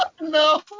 No